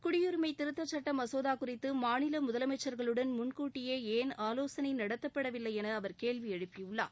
குடியுரிமை திருத்த சட்ட மசோதா குறித்து மாநில முதலமைச்சா்களுடன் முன்கூட்டியே ஏன் ஆலோசனை நடத்தப்படவில்லை என அவர் கேள்வி எழுப்பியுள்ளார்